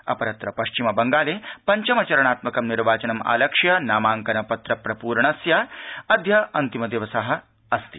अपरत्र पश्चिम बंगाले पंचम चरणात्मक निर्वाचनम् आलक्ष्य नामांकन पत्र प्रपूरणस्य अद्य अन्तिम दिवस अस्ति